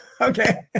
Okay